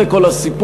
זה כל הסיפור.